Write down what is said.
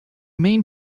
mean